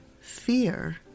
Fear